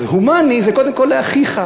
אז הומני זה קודם כול לאחיך.